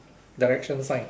direction sign